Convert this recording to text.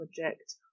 project